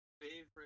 Favorite